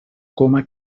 coma